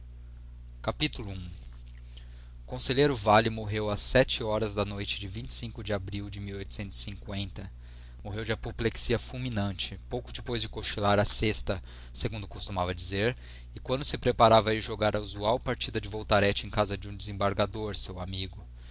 i o conselheiro vale morreu às horas da noite de de abril de orreu de apoplexia fulminante pouco depois de cochilar a sesta segundo costumava dizer e quando se preparava a ir jogar a usual partida de voltarete em casa de um desembargador seu amigo